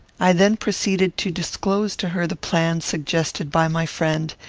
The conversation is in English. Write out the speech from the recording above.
i then proceeded to disclose to her the plan suggested by my friend,